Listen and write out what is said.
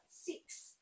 six